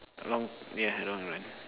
long yeah long run